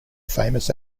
famous